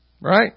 Right